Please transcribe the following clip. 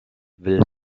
will